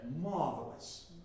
Marvelous